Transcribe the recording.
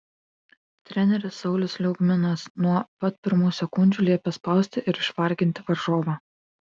treneris saulius liaugminas nuo pat pirmų sekundžių liepė spausti ir išvarginti varžovą